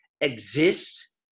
exists